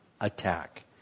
attack